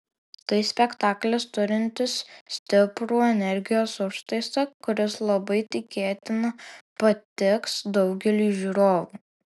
tai spektaklis turintis stiprų energijos užtaisą kuris labai tikėtina patiks daugeliui žiūrovų